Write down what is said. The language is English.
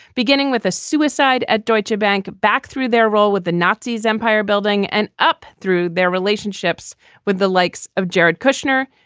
beginning with a suicide at deutschebank back through their role with the nazis empire building and up through their relationships with the likes of jared kushner,